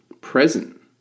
present